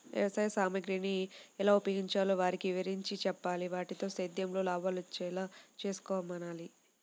వ్యవసాయ సామగ్రిని ఎలా ఉపయోగించాలో వారికి వివరించి చెప్పాలి, వాటితో సేద్యంలో లాభాలొచ్చేలా చేసుకోమనాలి